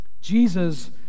Jesus